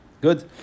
good